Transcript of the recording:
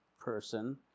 person